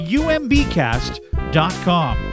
umbcast.com